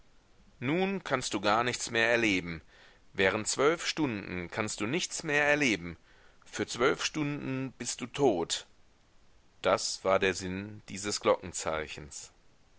nun kannst du gar nichts mehr erleben während zwölf stunden kannst du nichts mehr erleben für zwölf stunden bist du tot das war der sinn dieses glockenzeichens